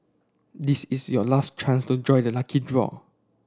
this is your last chance to join the lucky draw